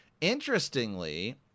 interestingly